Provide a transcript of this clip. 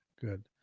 Good